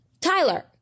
Tyler